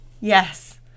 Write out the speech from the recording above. Yes